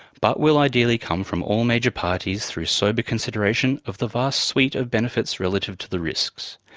but will ideally come from all major parties through sober consideration of the vast suite of benefits relative to the risks.